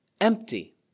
empty